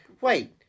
wait